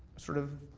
sort of,